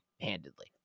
handedly